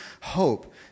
hope